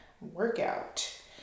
workout